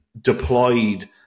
deployed